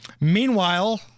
Meanwhile